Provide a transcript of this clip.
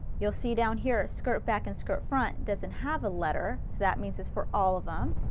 you'll see down here skirt back and skirt front doesn't have a letter, so that means it's for all of them.